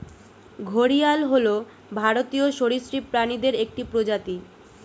ঘড়িয়াল হল ভারতীয় সরীসৃপ প্রাণীদের একটি প্রজাতি